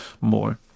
more